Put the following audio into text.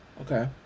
Okay